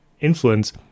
influence